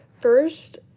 First